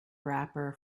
wrapper